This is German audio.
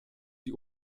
die